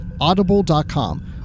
Audible.com